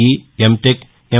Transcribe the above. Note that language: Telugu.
ఇ ఎంటెక్ ఎం